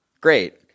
Great